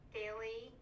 daily